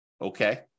Okay